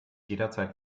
jederzeit